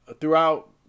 throughout